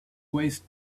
waste